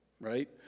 right